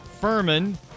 Furman